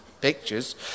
pictures